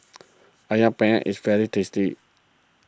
Ayam Penyet is very tasty